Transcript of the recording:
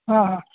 હં હં